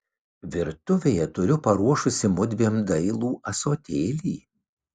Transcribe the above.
virtuvėje turiu paruošusi mudviem dailų ąsotėlį